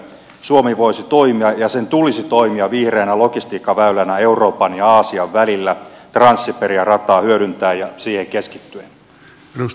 suomi voisi toimia ja sen tulisi toimia vihreänä logistiikkaväylänä euroopan ja aasian välillä trans siperia rataa hyödyntäen ja siihen keskittyen